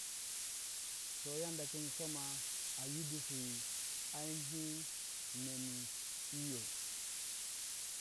To yanda kun insoma a yidi su ainihi nem yi yoh.